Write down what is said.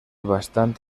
bastant